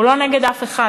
הוא לא נגד אף אחד.